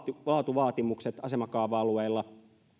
laatuvaatimukset asemakaava alueilla